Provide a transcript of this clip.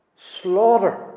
Slaughter